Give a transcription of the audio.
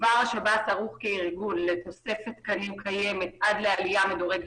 השב"ס כבר ערוך כארגון לתוספת תקנים קיימת עד לעלייה מדורגת